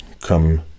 come